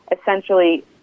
essentially